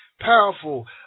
Powerful